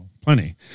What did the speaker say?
plenty